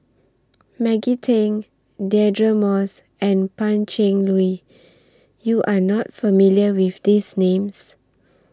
Maggie Teng Deirdre Moss and Pan Cheng Lui YOU Are not familiar with These Names